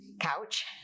couch